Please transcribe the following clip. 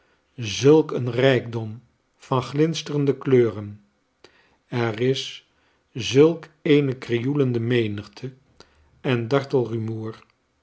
zulk een rijkdom van glinsterende kleuren er is zulk eene krioelende menigte en dartel rumoer